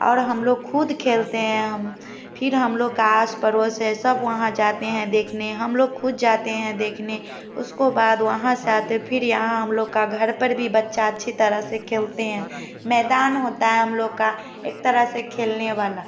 और हम लोग खुद खेलते है हम फिर हम लोग का आस पड़ोस है सब लोग वहाँ जाते है देखने हम लोग खुद जाते है देखने उसको बाद वहाँ से आते फिर यहाँ हम लोग का घर पर भी बच्चा अच्छी तरह से खेलते हैं मैदान होता है हम लोग का एक तरह से खेलने वाला